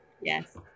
Yes